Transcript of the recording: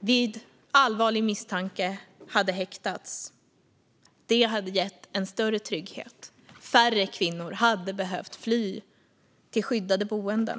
vid allvarlig misstanke hade häktats. Det hade gett en större trygghet, och färre kvinnor hade behövt fly till skyddade boenden.